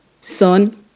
Son